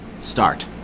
start